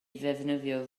ddefnyddio